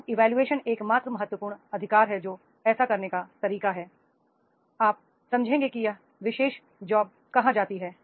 job evolution एकमात्र महत्वपूर्ण अधिकार है जो ऐसा करने का तरीका है आप समझेंगे कि यह विशेष जॉब कहाँ जाती है